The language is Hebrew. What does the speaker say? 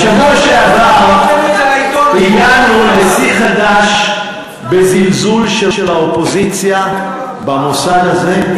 בשבוע שעבר הגענו לשיא חדש בזלזול של האופוזיציה במוסד הזה,